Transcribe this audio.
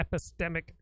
epistemic